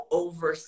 over